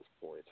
point